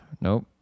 Nope